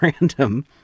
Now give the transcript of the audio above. random